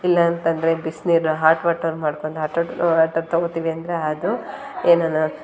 ಇಲ್ಲ ಅಂತಂದರೆ ಬಿಸಿ ನೀರು ಹಾಟ್ ವಾಟರ್ ಮಾಡ್ಕೊಂಡು ಹಾಟ್ ವಾಟರ್ ಹಾಟ್ ವಾಟರ್ ತಗೊತೀವಿ ಅಂದರೆ ಅದು ಏನನೋ